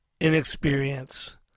inexperience